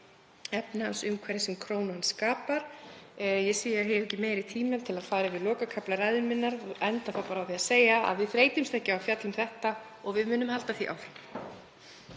efnahagsumhverfið sem krónan skapar. Ég sé að ég hef ekki meiri tíma til að fara yfir lokakafla ræðu minnar og enda á því að segja að við þreytumst ekki á að fjalla um þetta og munum halda því áfram.